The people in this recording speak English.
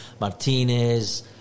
Martinez